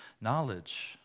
knowledge